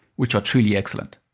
which are truly excellent.